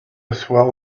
swell